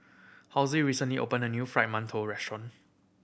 recently opened a new Fried Mantou restaurant